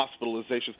hospitalizations